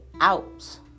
out